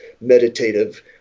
meditative